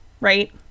right